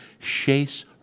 Chase